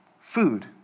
food